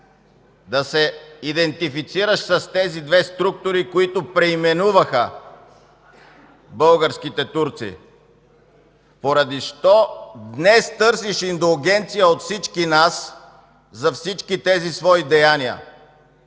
да се идентифицираш с тези две структури, които преименуваха българските турци? Поради що днес търсиш индулгенция от всички нас за всички тези свои деяния?